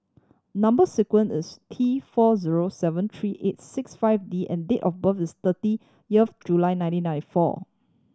number sequence is T four zero seven three eight six five D and date of birth is July nineteen ninety four